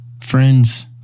Friends